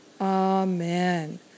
Amen